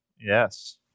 Yes